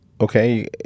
okay